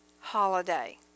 holiday